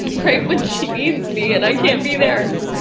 right when she needs me, and i can't be there.